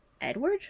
Edward